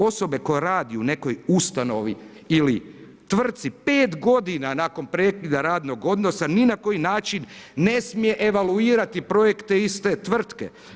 Osoba koja radi u nekoj ustanovi ili tvrtci, 5 g. nakon prekida radnog odnosa, ni na koji način ne smije evaluirati projekte iz te tvrtke.